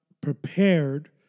prepared